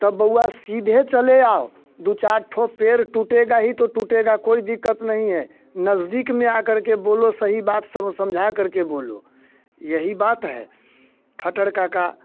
तब बउआ सीधे चले आओ दू चार ठो पेड़ टूटेगा ही तो टूटेगा कोई दिक्कत नहीं है नज़दीक में आकर के बोलो सही बात समझा करके बोलो यही बात है खटर काका